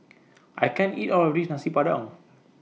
I can't eat All of This Nasi Padang